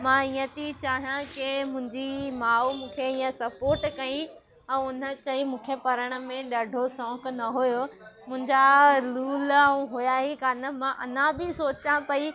मां इअं थी चाहियां की मुंहिंजी माउ मूंखे इअं सपोट कई ऐं हुन चई मूंखे पढ़नि में ॾाढो शौक़ु न हुओ मुंहिंजा रुल ऐं हुआ ई कान मां अञा बि सोचा पेई